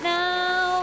now